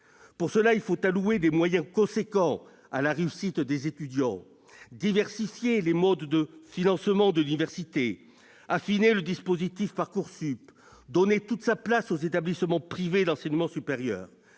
Pour cela, il faut allouer des moyens importants à la réussite des étudiants, diversifier les modes de financement de l'université, affiner le dispositif Parcoursup, donner toute sa place aux établissements privés d'enseignement supérieur,